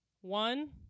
one